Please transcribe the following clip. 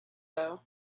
though